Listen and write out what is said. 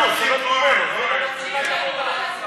חוק חובת אזהרה בפרסום ובשיווק של הלוואה (תיקוני חקיקה),